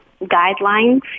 guidelines